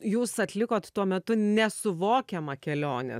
jūs atlikot tuo metu nesuvokiamą kelionę